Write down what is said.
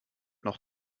noch